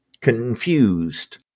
confused